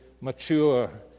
mature